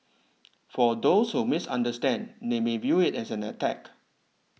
for those who misunderstand they may view it as an attack